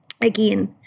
again